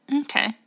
okay